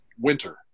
winter